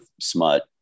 smut